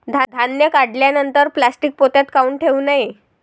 धान्य काढल्यानंतर प्लॅस्टीक पोत्यात काऊन ठेवू नये?